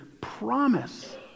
promise